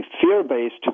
fear-based